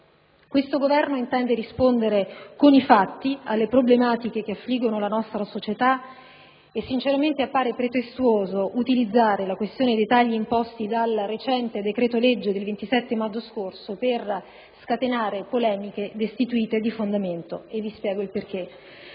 Questo Governo intende rispondere con i fatti alle problematiche che affliggono la nostra società; appare sinceramente pretestuoso utilizzare la questione degli tagli imposti dal recente decreto-legge n. 93 del 27 maggio scorso per scatenare polemiche destituite di fondamento. Vi spiego il perché